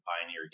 Pioneer